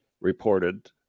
reported